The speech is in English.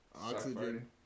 oxygen